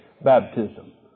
baptism